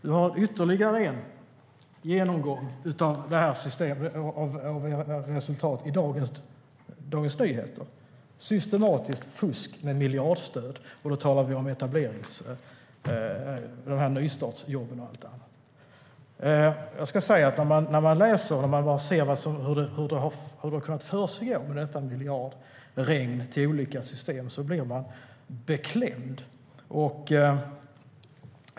I Dagens Nyheter av i dag görs det ytterligare en genomgång av era resultat: Systematiskt fusk med miljardstöd, och då talar vi om nystartsjobben. När man läser om hur detta miljardregn har kunnat försiggå till olika system blir man beklämd.